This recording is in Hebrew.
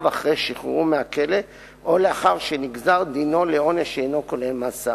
אחרי שחרורו מהכלא או לאחר שנגזר דינו לעונש שאינו כולל מאסר.